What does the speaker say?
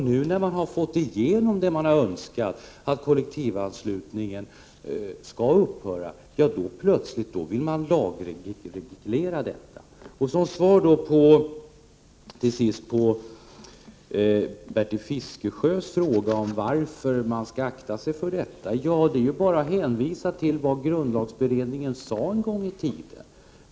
Nu när man har fått igenom det man har önskat, att kollektivanslutningen skall upphöra, då vill man plötsligt lagreglera detta. Som svar på Bertil Fiskesjös fråga om varför man skall akta sig för lagstiftning kan jag bara hänvisa till vad grundlagberedningen sade en gång i tiden.